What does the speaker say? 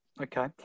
Okay